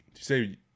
say